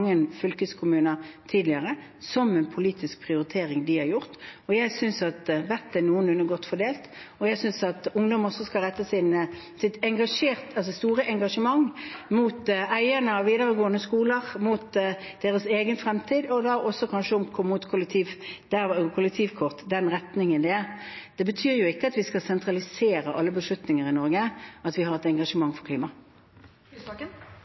fylkeskommuner tidligere, som en politisk prioritering de har gjort. Jeg synes vettet er noenlunde godt fordelt, og jeg synes ungdom også skal rette sitt store engasjement mot eierne av videregående skoler, mot sin egen fremtid, og da kanskje også mot kollektivkort – i den retningen. Det at vi har et engasjement for klima, betyr ikke at vi skal sentralisere alle beslutninger i Norge. Audun Lysbakken – til oppfølgingsspørsmål. Da har vi vært gjennom alle kravene fra klimastreiken, og statsministeren har